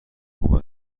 خوب